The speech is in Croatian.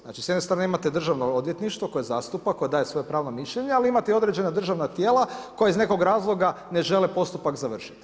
Znači, s jedne strane imate državno odvjetništvo koje zastupa, koje daje svoje pravno mišljenje, ali imate i određena državna tijela koja iz nekog razloga ne žele postupak završiti.